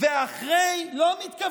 לא מתכוונים.